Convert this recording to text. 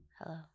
Hello